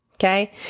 Okay